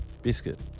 Biscuit